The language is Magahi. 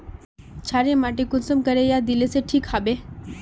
क्षारीय माटी कुंसम करे या दिले से ठीक हैबे?